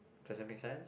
does it make sense